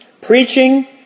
preaching